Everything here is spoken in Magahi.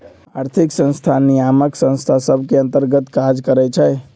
आर्थिक संस्थान नियामक संस्था सभ के अंतर्गत काज करइ छै